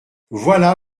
voilà